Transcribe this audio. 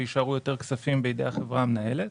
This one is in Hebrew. ויישארו יותר כספים בידי החברה המנהלת.